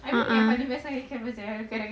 a'ah